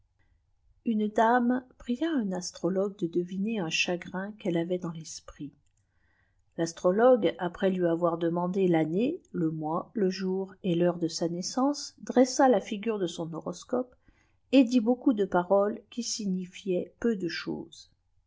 ab daoïe pria im astrologue de deviner un chagrin qu'elle ain dans lril larologue après lui avoir ctemandé l'année le mois le jour et l'heure de sa naissance dressa la figure cbiim iioroéeope et ditl eaucoup de paroles qui signifiaient pep de chose